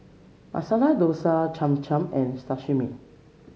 Masala Dosa Cham Cham and Sashimi